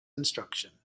instruction